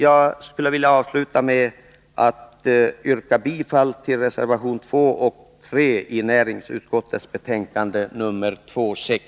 Jag vill sluta med att yrka bifall till reservationerna 2 och 3 i näringsutskottets betänkande nr 26.